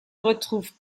retrouvent